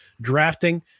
drafting